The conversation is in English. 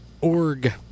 Org